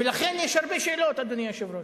ולכן יש הרבה שאלות, אדוני היושב-ראש,